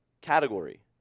category